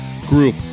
Group